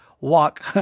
walk